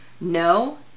No